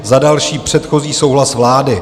Za další předchozí souhlas vlády.